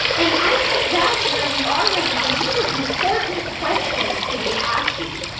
and i think that's where we are right now and these are important questions to be asking.